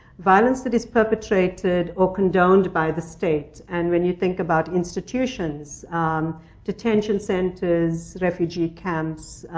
violence that is perpetrated or condoned by the state. and when you think about institutions detention centers, refugee camps,